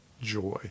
Joy